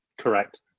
Correct